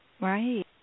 Right